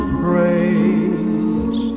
praise